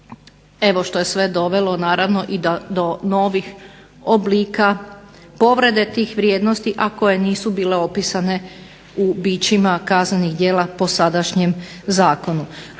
Evo, što je sve dovelo naravno i do novih oblika povrede tih vrijednosti, a koje nisu bile opisane u bićima kaznenih djela po sadašnjem zakonu.